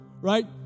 right